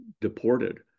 deported